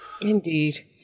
Indeed